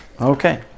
Okay